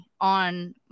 on